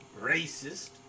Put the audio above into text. racist